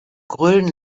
grölen